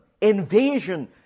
invasion